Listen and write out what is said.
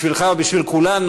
בשבילך ובשביל כולנו,